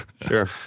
Sure